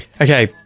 Okay